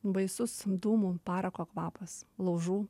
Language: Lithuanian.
baisus dūmų parako kvapas laužų